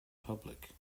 public